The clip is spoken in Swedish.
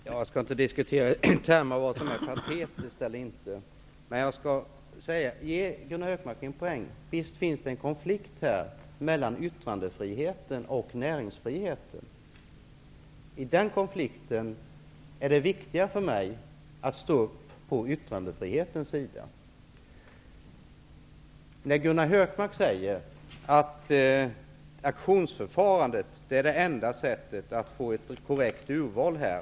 Herr talman! Jag skall inte diskutera här i kammaren vad som är patetiskt eller inte. Däremot vill jag ge Gunnar Hökmark en poäng i sammanhanget. Visst finns det en konflikt här mellan yttrandefriheten och näringsfriheten. I den konflikten är det viktiga för mig att stå på yttrandefrihetens sida. Gunnar Hökmark säger att auktionsförfarandet är det enda sättet att få ett korrekt urval här.